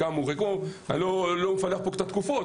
אני לא אפלח את התקופות,